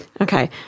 Okay